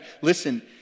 Listen